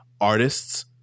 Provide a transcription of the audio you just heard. artists